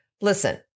listen